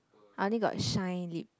I only got shine lip